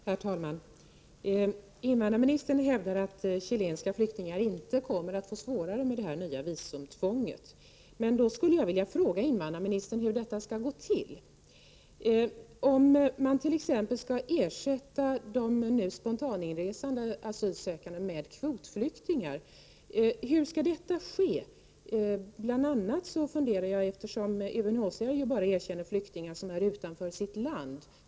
Herr talman! Invandrårministern hävdar att chilenska flyktingar inte kommer att få det svårare med det nya visumtvånget. Hur skall det gå till, invandrarministern? Skall man t.ex. ersätta de nu spontaninresande asylsökande med kvotflyktingar? Hur skall det ske? Jag undrar bl.a. eftersom UNHCR bara erkänner flyktingar som befinner sig utanför sitt land.